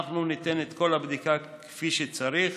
אנחנו ניתן את כל הבדיקה כפי שצריך.